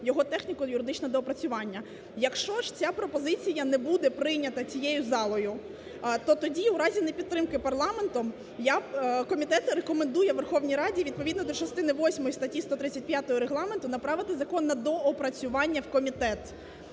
його техніко-юридичне доопрацювання. Якщо ж ця пропозиція не буде прийнята цією залою, то тоді в разі непідтримки парламентом, комітет рекомендує Верховній Раді відповідно до частини 8 статті 135 Регламенту направити закон на доопрацювання у комітет.